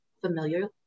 familiar